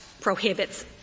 prohibits